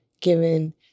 given